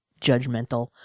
judgmental